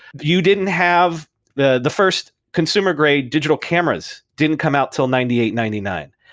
you didn't have the the first consumer grade digital cameras didn't come out till ninety eight, ninety nine,